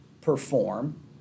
perform